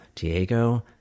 Diego